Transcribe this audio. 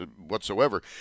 whatsoever